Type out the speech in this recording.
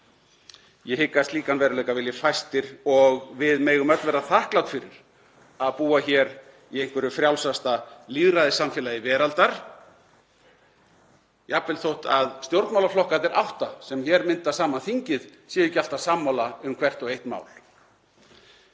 Ég hygg að slíkan veruleika vilji fæstir og við megum öll vera þakklát fyrir að búa hér í einhverju frjálsasta lýðræðissamfélagi veraldar, jafnvel þótt stjórnmálaflokkarnir átta sem mynda saman þingið séu ekki alltaf sammála um hvert og eitt mál.